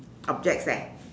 objects eh